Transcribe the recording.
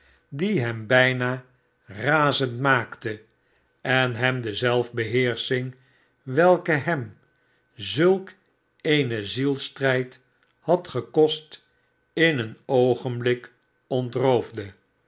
die hem bijna razend maakte en hem de zelf beheersching welke hem zulk een zielsstrijd had gekost in een oogenblik